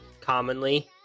commonly